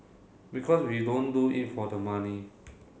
because we don't do it for the money